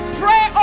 pray